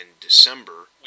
December